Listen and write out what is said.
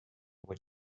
what